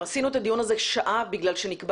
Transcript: קבענו שעה לקיום הדיון הזה כיוון שלשעה 10:00 נקבע